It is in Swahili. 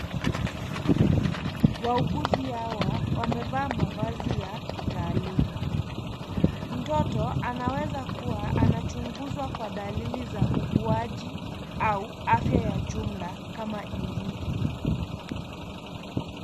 Wauguzi hawa, wamevaa mavazi ya kitaaluma. Mtoto, anaweza kuwa, anachunguzwa kwa dalili za ukuaji au afya ya jumla kama ilivyo.